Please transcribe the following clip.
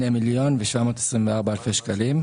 2,724,000 שקלים.